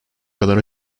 kadar